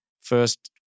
first